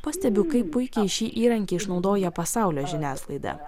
pastebiu kaip puikiai šį įrankį išnaudoja pasaulio žiniasklaida